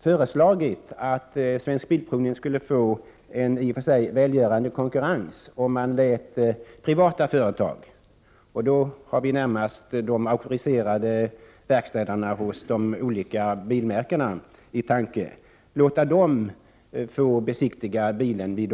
föreslagit att Svensk Bilprovning skulle få en i och för sig välgörande konkurrens om man tillät privata företag att besiktiga bilar. Vi har närmast de auktoriserade bilverkstäderna för de olika bilmärkena i åtanke. De kunde besiktiga bilarna Prot.